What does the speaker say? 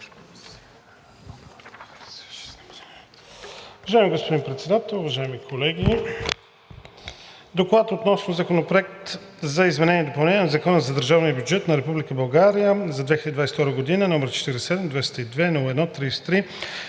Уважаеми господин Председател, уважаеми колеги! „ДОКЛАД относно Законопроект за изменение и допълнение на Закона за държавния бюджет на Република България за 2022 г., № 47-202-01-33,